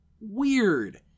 Weird